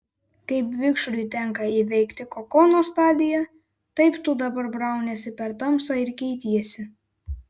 kaip vikšrui tenka įveikti kokono stadiją taip tu dabar brauniesi per tamsą ir keitiesi